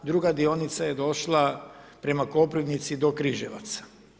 Druga dionica je došla prema Koprivnici do Križevaca.